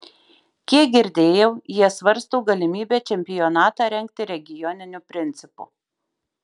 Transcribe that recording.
kiek girdėjau jie svarsto galimybę čempionatą rengti regioniniu principu